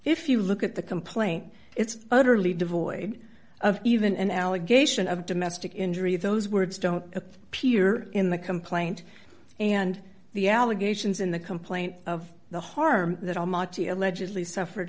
if you look at the complaint it's utterly devoid of even an allegation of domestic injury those words don't appear in the complaint and the allegations in the complaint of the harm that almighty allegedly suffered